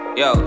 yo